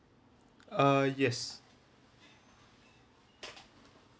uh yes